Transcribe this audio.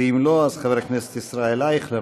ואם לא, חבר הכנסת ישראל אייכלר,